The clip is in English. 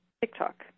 TikTok